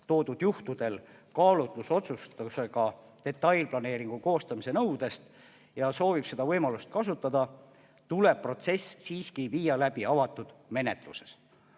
toodud juhtudel kaalutlusotsustusega detailplaneeringu koostamise nõudest ja soovib seda võimalust kasutada, tuleb protsess siiski viia läbi avatud menetluses.